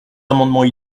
amendements